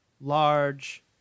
large